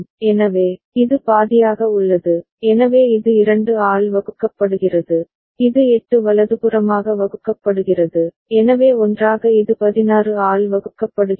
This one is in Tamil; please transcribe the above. எனவே இது பாதியாக உள்ளது எனவே இது 2 ஆல் வகுக்கப்படுகிறது இது 8 வலதுபுறமாக வகுக்கப்படுகிறது எனவே ஒன்றாக இது 16 ஆல் வகுக்கப்படுகிறது